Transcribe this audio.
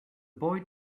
boy